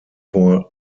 vor